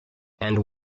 and